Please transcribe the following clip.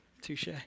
Touche